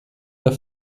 der